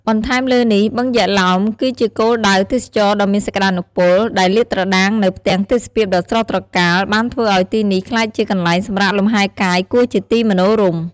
បន្ថែមលើនេះបឹងយក្សឡោម គឺជាគោលដៅទេសចរណ៍ដ៏មានសក្ដានុពល ដែលលាតត្រដាងនូវផ្ទាំងទេសភាពដ៏ស្រស់ត្រកាល បានធ្វើឲ្យទីនេះ ក្លាយជាកន្លែងសម្រាកលំហែកាយគួរជាទីមនោរម្យ។